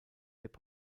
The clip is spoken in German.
hip